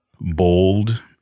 bold